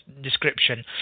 description